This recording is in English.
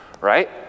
right